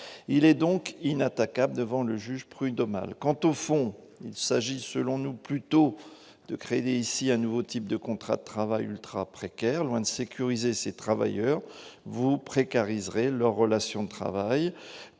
il est donc inattaquables devant le juge prud'homal, quant au fond, il s'agit, selon nous, plutôt de créer ici un nouveau type de contrat de travail ultra-précaire loin de sécuriser ces travailleurs vous précarise leurs relations de travail